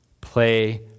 Play